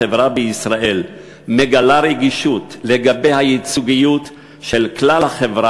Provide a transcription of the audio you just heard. החברה בישראל מגלה רגישות לגבי הייצוגיות של כלל החברה